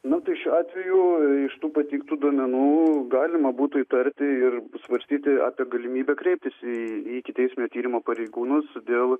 na tai šiuo atveju iš tų pateiktų duomenų galima būtų įtarti ir svarstyti apie galimybę kreiptis į ikiteisminio tyrimo pareigūnus dėl